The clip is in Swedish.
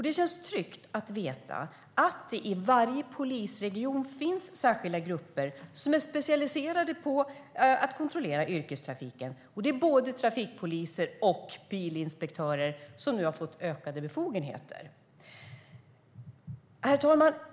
Det känns tryggt att veta att det i varje polisregion finns särskilda grupper som är specialiserade på att kontrollera yrkestrafiken. Det är både trafikpoliser och bilinspektörer, som nu har fått ökade befogenheter. Herr talman!